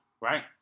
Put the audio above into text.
right